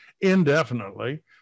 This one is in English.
indefinitely